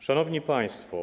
Szanowni Państwo!